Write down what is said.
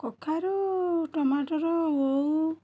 କଖାରୁ ଟମାଟର ଓଉ